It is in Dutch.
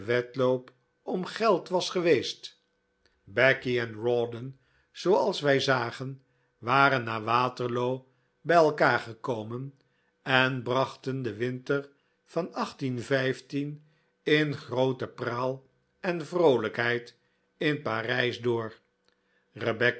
wedloop om geld was geweest becky en rawdon zooals wij zagen waren na waterloo bij elkaar gekomen en brachten den winter van in groote praal en vroolijkheid in parijs door rebecca